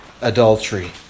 adultery